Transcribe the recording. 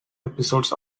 episodes